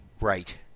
Right